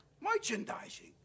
Merchandising